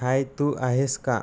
हाय तू आहेस का